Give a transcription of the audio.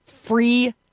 free